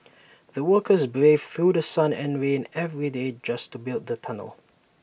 the workers braved through The Sun and rain every day just to build the tunnel